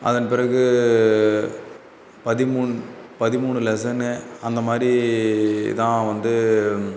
அதன் பிறகு பதிமூணு பதிமூணு லெசனு அந்த மாதிரி தான் வந்து